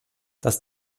das